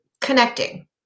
connecting